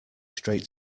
straight